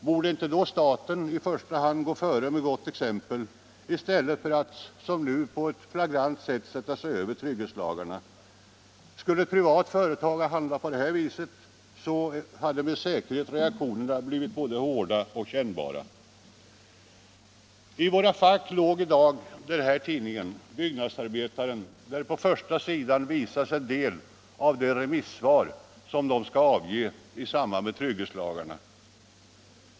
Borde då inte staten i första hand gå före med gott exempel i stället för att som nu på ett flagrant sätt sätta sig över trygghetslagarna? Skulle ett privat företag ha handlat på liknande sätt, hade med säkerhet reaktionerna blivit både hårda och kännbara. I våra fack låg i dag tidningen Byggnadsarbetaren, där på första sidan visas en del av de remissvar som skall avges i samband med trygghetslagarna.